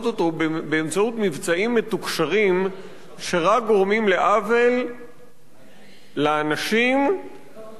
מתוקשרים שרק גורמים עוול לאנשים ונזק לכל החברה.